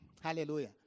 Hallelujah